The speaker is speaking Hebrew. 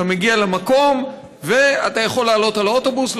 אתה מגיע למקום ואתה יכול לעלות על האוטובוס,